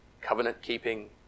covenant-keeping